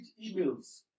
emails